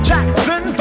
Jackson